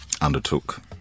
undertook